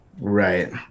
Right